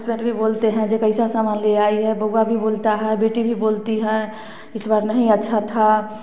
husband भी बोलते हैं जे कैसा समान ली आई हैं बउवा भी बोलता है बेटी भी बोलती है इस बार नहीं अच्छा था